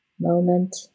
Moment